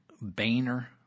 Boehner